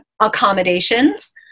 accommodations